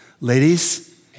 Ladies